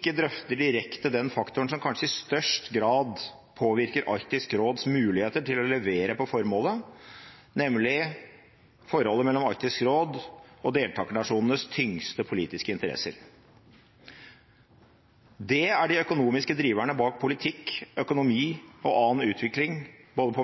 ikke drøfter direkte den faktoren som kanskje i størst grad påvirker Arktisk råds muligheter til å levere på formålet, nemlig forholdet mellom Arktisk råd og deltakernasjonenes tyngste politiske interesser. Det er de økonomiske driverne bak politisk, økonomisk og annen utvikling,